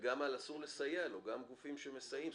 וגם על מי שמסייע להם.